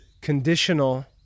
conditional